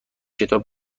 کتاب